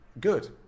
good